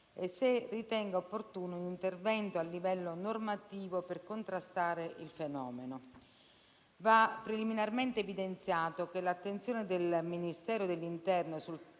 e se ritenga opportuno un intervento a livello normativo per contrastare il fenomeno. Va preliminarmente evidenziato che l'attenzione del Ministero dell'interno sul tema